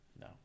no